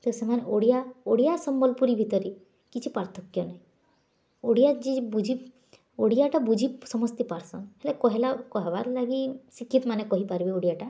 ତ ସେମାନେ ଓଡ଼ିଆ ଓଡ଼ିଆ ସମ୍ବଲ୍ପୁରୀ ଭିତରେ କିଛି ପାର୍ଥକ୍ୟ ନାହିଁ ଓଡ଼ିଆ ଯିଏ ବୁଝି ଓଡ଼ିଆଟା ବୁଝି ସମସ୍ତେ ପାର୍ସନ୍ ହେଲେ କହେଲା କହବାର୍ ଲାଗି ଶିକ୍ଷିତ୍ମାନେ କହିପାରିବେ ଓଡ଼ିଆଟା